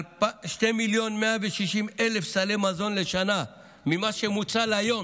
2.160 מיליון סלי מזון לשנה ממה שמוצל היום,